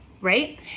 right